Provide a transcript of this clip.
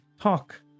talk